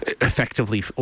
effectively